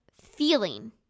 feeling